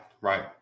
right